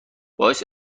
باعث